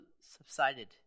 subsided